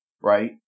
Right